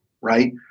right